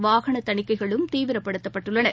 வாகனதணிக்கைகளும் தீவிரப்படுத்தப்பட்டுள்ளது